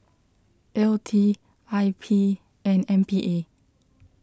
L T I P and M P A